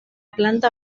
planta